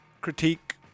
critique